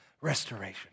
restoration